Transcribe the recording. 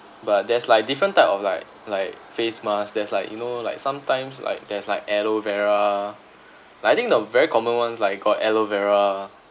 but there's like different type of like like face mask there's like you know like sometimes like there's like aloe vera I think the very common one like got aloe vera